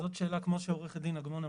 זאת שאלה, כמו שעורכת הדין אגמון אמרה,